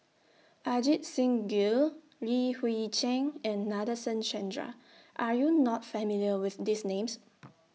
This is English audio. Ajit Singh Gill Li Hui Cheng and Nadasen Chandra Are YOU not familiar with These Names